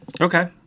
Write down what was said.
Okay